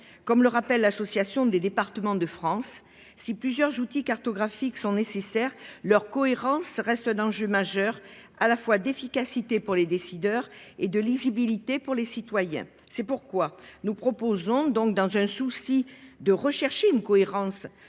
comme le rappelle l'Assemblée des départements de France, si plusieurs outils cartographiques sont nécessaires, leur cohérence reste un enjeu majeur, à la fois d'efficacité pour les décideurs et de lisibilité pour les citoyens. C'est pourquoi nous proposons, dans un souci de cohérence